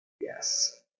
Yes